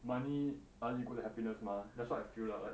money doesn't equal to happiness mah that's what I feel lah like